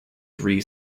three